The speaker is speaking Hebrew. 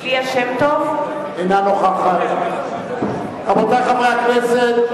ליה שמטוב, אינה נוכחת רבותי חברי הכנסת,